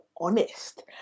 honest